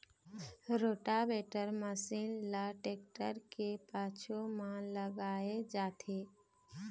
rotavator machine ल tractor के पाछू म लगाए जाथे